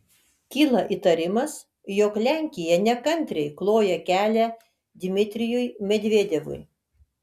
kyla įtarimas jog lenkija nekantriai kloja kelią dmitrijui medvedevui